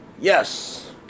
Yes